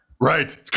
Right